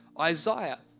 Isaiah